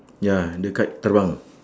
ya the kite turn around